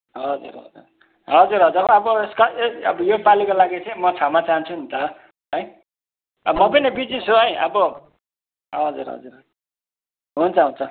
हजुर हजुर हजुर हजुर अब यसका यही अब योपालिको लागि चाहिँ म क्षमा चाहन्छु नि त है म पनि बिजी छु है अब हजुर हजुर हुन्छ हुन्छ